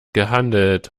gehandelt